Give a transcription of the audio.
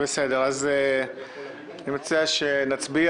אני מציע שנצביע.